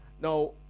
Now